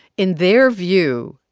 in their view,